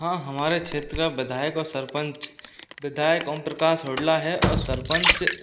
हाँ हमारे क्षेत्र का विधायक और सरपंच विधायक ओम प्रकाश हुडला है और सरपंच